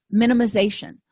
minimization